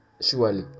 surely